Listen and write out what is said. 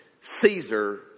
Caesar